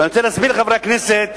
ואני רוצה להסביר לחברי הכנסת